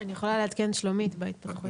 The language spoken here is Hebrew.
אני יכולה לעדכן שלומית בהתפתחויות.